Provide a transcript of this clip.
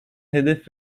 hedef